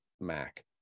mac